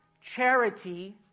charity